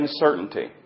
uncertainty